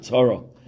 Torah